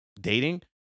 dating